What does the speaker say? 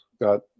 got